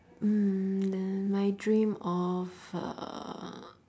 mm my dream of uh